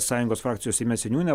sąjungos frakcijos seime seniūne